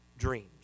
dreams